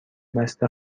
بسته